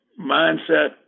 mindset